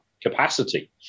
capacity